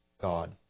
God